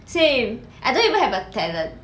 same I don't even have a talent